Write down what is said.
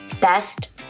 best